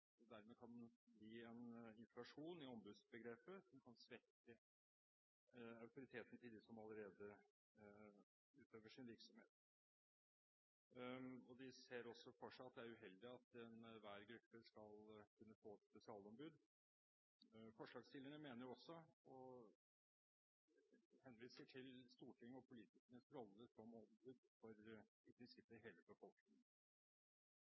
dermed kan bli en inflasjon i ombudsbegrepet som kan svekke autoriteten til dem som allerede utøver sin virksomhet. De ser også for seg at det er uheldig at enhver gruppe skal kunne få spesialombud. Forslagsstillerne henviser også til Stortinget og politikernes rolle som ombud for i prinsippet hele befolkningen.